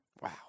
Wow